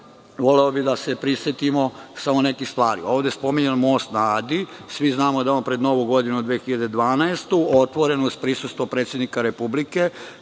voleo bih da se prisetimo samo nekih stvari. Ovde je spominjan Most na Adi. Svi znamo da je on pred novu 2012. godinu otvoren uz prisustvo predsednika Republike